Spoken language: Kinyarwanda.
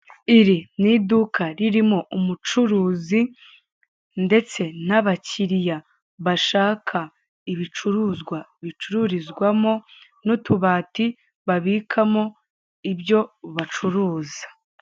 Iri ni iduka ririmo umucuruzi ndetse n'abakiriya bashaka ibicuruzwa bicururizwamo, n'utubati babikamo ibyo bacuruza.